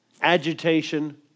Agitation